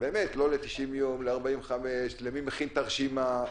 לא ל-90 יום, ל-45, מי מכין את הרשימה,